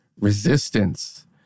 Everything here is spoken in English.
resistance